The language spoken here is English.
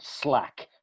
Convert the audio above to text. slack